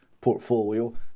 portfolio